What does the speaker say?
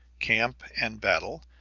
camp, and battle,